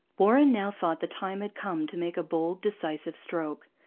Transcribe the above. warren now thought the time had come to make a bold, decisive stroke.